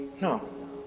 No